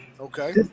Okay